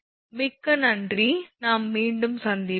மிக்க நன்றி நாம் மீண்டும் சந்திப்போம்